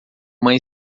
mãe